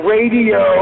Radio